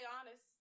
honest